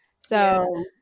So-